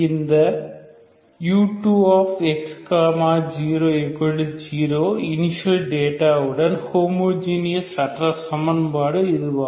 இந்த u2x 00 initial data உடன் homogeneous அற்ற சமன்பாடு இதுவாகும்